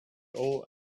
all